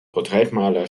porträtmaler